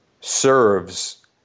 serves